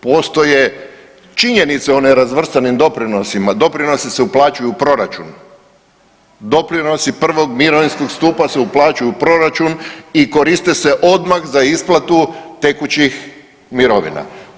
Postoje činjenice o nerazvrstanim doprinosima, doprinosi se uplaćuju u proračun, doprinosi prvog mirovinskog stupa se uplaćuju u proračun i koriste se odmah za isplatu tekućih mirovina.